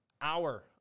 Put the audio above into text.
hour